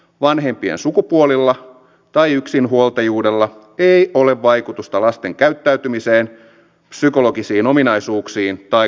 vanhempien sukupuolilla tai yksinhuoltajuudella ei ole vaikutusta lasten käyttäytymiseen psykologisiin ominaisuuksiin tai koulumenestykseen